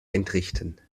entrichten